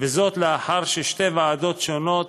לאחר ששתי ועדות שונות